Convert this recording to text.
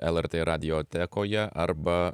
lrt radiotekoje arba